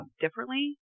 differently